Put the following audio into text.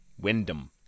Wyndham